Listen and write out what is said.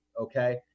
okay